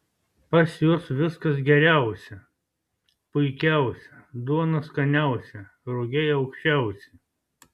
pas juos viskas geriausia puikiausia duona skaniausia rugiai aukščiausi